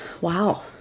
wow